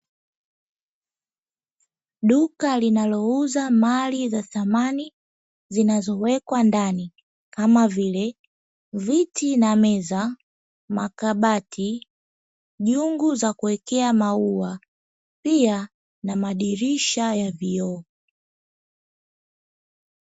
Duka linalouza mali za samani zinazowekwa ndani kama vile viti na meza, makabati, jungu za kuwekea maua, pia na madirisha ya vioo.